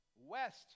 west